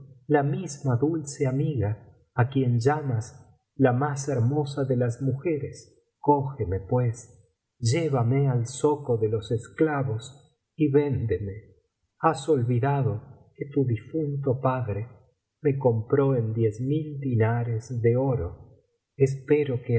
la misma dulce amiga á quien llamas la más hermosa de las mujeres cógeme pues llévame al zoco de los esclavos y véndeme has olvidado que tu difunto padre me compró en diez mil dinares de oro espero que alah